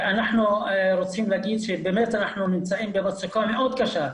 אנחנו רוצים לומר שאנחנו נמצאים במצוקה מאוד קשה.